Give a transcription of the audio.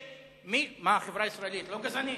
מה, החברה הישראלית לא גזענית?